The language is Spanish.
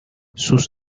sus